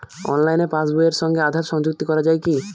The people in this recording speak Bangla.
অনলাইনে পাশ বইয়ের সঙ্গে আধার সংযুক্তি করা যায় কি?